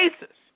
basis